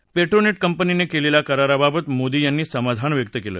तर पेट्रोनेट कंपनीनं केलेल्या कराराबाबत मोदी यांनी समाधान व्यक्त केलं